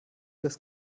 das